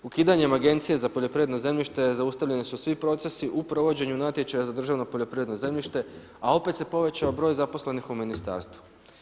Ukidanjem Agencije za poljoprivredno zemljište zaustavljeni su svi procesi u provođenju natječaja za državno poljoprivredno zemljište a opet se povećao broj zaposlenih u ministarstvu.